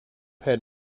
had